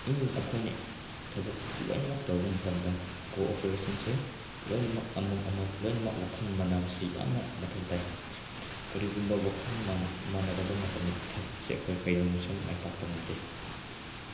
ꯑꯦꯅꯤ ꯑꯩꯈꯣꯏꯅ ꯊꯕꯛ ꯂꯣꯏꯅꯃꯛ ꯇꯧꯕ ꯃꯇꯝꯗ ꯀꯣꯑꯣꯄꯔꯦꯁꯟꯁꯦ ꯂꯣꯏꯃꯅꯃꯛ ꯑꯃ ꯑꯃ ꯂꯣꯏꯅꯃꯛ ꯋꯥꯈꯜ ꯃꯥꯟꯅꯕꯁꯦ ꯌꯥꯝꯅ ꯃꯊꯧ ꯇꯥꯏ ꯀꯔꯤꯒꯨꯝꯕ ꯋꯥꯈꯜ ꯃꯥꯟꯅꯗꯕ ꯃꯇꯝꯗꯗꯤ ꯊꯕꯛꯁꯦ ꯑꯩꯈꯣꯏ ꯀꯩꯗꯧꯅꯨꯡꯗꯁꯨ ꯃꯥꯏ ꯄꯥꯛꯄ ꯉꯝꯗꯦ